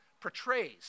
portrays